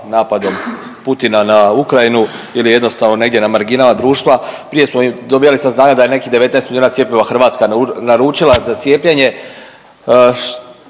napadom Putina na Ukrajinu ili je jednostavno negdje na marginama društva. Prije smo dobivali saznanja da je nekih 19 milijuna cjepiva Hrvatska naručila za cijepljenje.